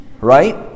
Right